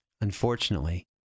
Unfortunately